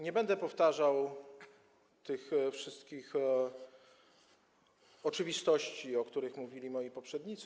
Nie będę powtarzał tych wszystkich oczywistości, o których mówili moi poprzednicy.